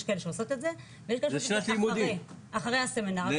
ויש כאלה שעושות את זה ויש כזה שעושות את זה אחרי הסמינר.